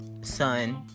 son